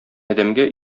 адәмгә